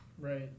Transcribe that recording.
Right